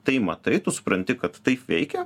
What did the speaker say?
tai matai tu supranti kad taip veikia